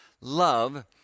love